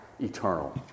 eternal